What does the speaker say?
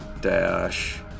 dash